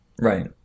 right